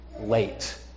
late